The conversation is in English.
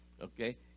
Okay